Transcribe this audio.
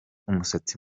umusatsi